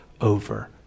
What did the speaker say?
over